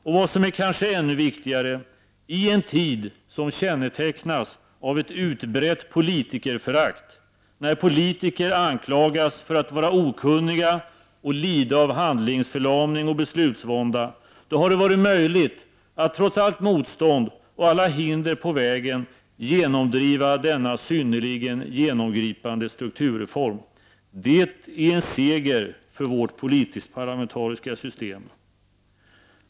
Och vad som kanske är ännu viktigare är att det i en tid som kännetecknas av ett utbrett politikerförakt, när politiker anklagas för att vara okunniga och lida av handlingsförlamning och beslutsvånda, har varit möjligt att trots allt motstånd och alla hinder på vägen genomdriva denna synnerligen genomgripande strukturreform. Det är en seger för vårt politiskt-parlamentariska system.